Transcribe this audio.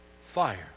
fire